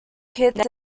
kitts